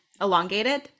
elongated